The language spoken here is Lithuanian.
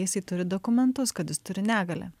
jisai turi dokumentus kad jis turi negalią